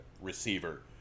receiver